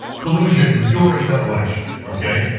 collusion during the election, okay?